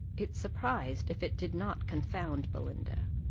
it surprised, if it did not confound, belinda.